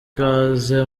ikaze